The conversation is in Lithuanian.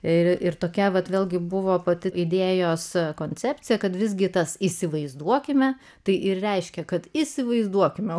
ir tokia vat vėlgi buvo pati idėjos koncepcija kad visgi tas įsivaizduokime tai reiškia kad įsivaizduokime